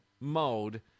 mode